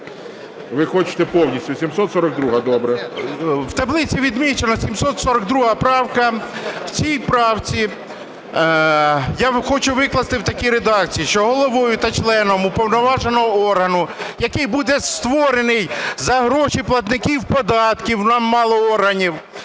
Ви хочете повністю? 742-а. Добре. МАМКА Г.М. У таблиці відмічено 742 правка. Цю правку я хочу викласти в такій редакції: "Що головою та членом уповноваженого органу, – який буде створений за гроші платників податків, нам мало органів,